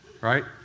Right